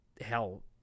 hell